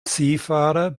seefahrer